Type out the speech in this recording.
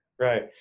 right